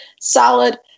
solid